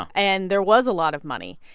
and there was a lot of money.